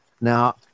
Now